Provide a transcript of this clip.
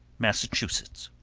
massachusetts.